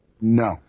No